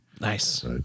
Nice